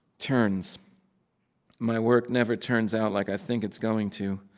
turns my work never turns out like i think it's going to.